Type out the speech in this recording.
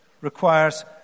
requires